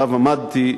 שעליו עמדתי,